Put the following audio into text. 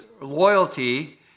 loyalty